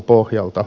rkp